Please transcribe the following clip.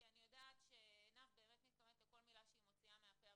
כי אני יודעת שעינב באמת מתכוונת לכל מילה שהיא מוציאה מהפה,